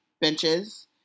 benches